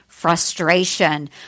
frustration